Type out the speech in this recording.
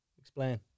explain